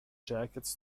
jackets